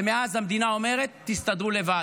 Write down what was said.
ומאז המדינה אומרת: תסתדרו לבד.